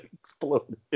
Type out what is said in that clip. exploded